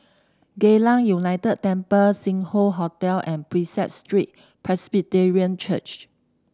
Geylang United Temple Sing Hoe Hotel and Prinsep Street Presbyterian Church